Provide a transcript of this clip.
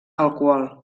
alcohol